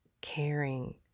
caring